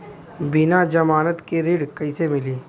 बिना जमानत के ऋण कईसे मिली?